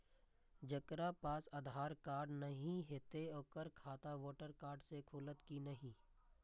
जकरा पास आधार कार्ड नहीं हेते ओकर खाता वोटर कार्ड से खुलत कि नहीं?